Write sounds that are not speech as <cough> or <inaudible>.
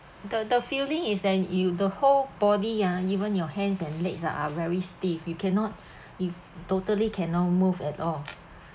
the the feeling is that you the whole body ah even your hands and legs ah are very stiff you cannot <breath> you totally cannot move at all